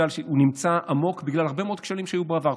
נמצא עמוק בגלל הרבה מאוד כשלים שהיו בעבר.